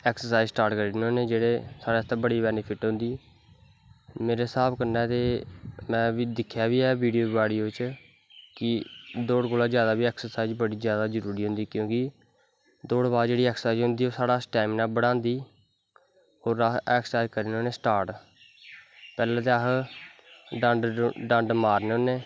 exercise start करी ओड़ने होने जेह्ड़ा साढ़ै आस्तै बड़ा बैनिफिट होंदी मेरे हिसाब कन्नै में ते दिक्खेआ बी ऐ बिडियो बाडियो च कि दौड़ कालो दा जादा बी ऐक्सर्साईज़ बड़ी जादा जरूरी होंदी क्योंकि दौड़ बाद जेह्ड़ी ऐक्सर्साईज़ होंदी ओह् साढ़ा स्टैमनां वधांदी और अस ऐक्सर्साईज़ करनें होने स्टार्ट पैह्लैं ते अस डंड मारनें होने